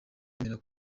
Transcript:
remera